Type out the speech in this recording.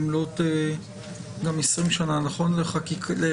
במלאות 20 שנה לחקיקה.